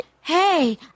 hey